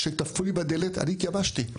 כשדפקו לי בדלת אני התייבשתי.